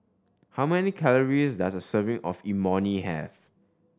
how many calories does a serving of Imoni have